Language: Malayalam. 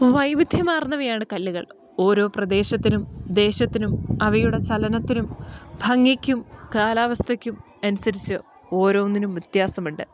വൈവിധ്യമാർന്നവയാണ് കല്ലുകൾ ഓരോ പ്രദേശത്തിനും ദേശത്തിനും അവയുടെ ചലനത്തിനും ഭംഗിക്കും കാലാവസ്ഥയ്ക്കും അനുസരിച്ച് ഓരോന്നിനും വ്യത്യാസം ഉണ്ട്